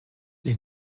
les